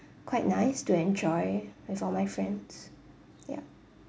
quite nice to enjoy with all my friends ya